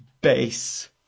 base